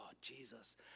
Jesus